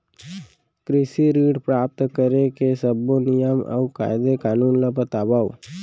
कृषि ऋण प्राप्त करेके सब्बो नियम अऊ कायदे कानून ला बतावव?